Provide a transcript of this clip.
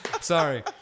Sorry